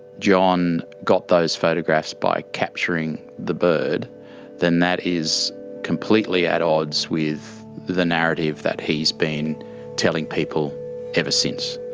john got those photographs by capturing the bird then that is completely at odds with the narrative that he's been telling people ever since.